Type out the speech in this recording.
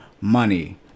money